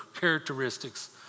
characteristics